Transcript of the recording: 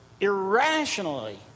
irrationally